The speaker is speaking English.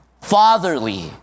fatherly